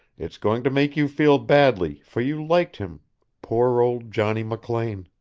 it's going to make you feel badly, for you liked him poor old johnny mclean.